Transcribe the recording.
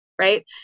Right